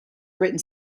written